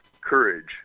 courage